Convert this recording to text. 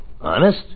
Honest